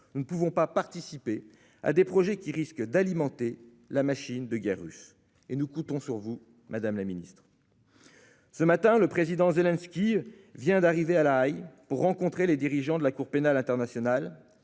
Nous ne pouvons pas participer à des projets qui risquent d'alimenter la machine de guerre russe. Nous comptons sur vous, madame la secrétaire d'État. Ce matin, le président Zelensky est arrivé à La Haye pour rencontrer les dirigeants de la Cour pénale internationale.